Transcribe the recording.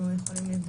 אנחנו יכולים לבדוק.